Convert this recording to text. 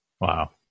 Wow